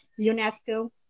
UNESCO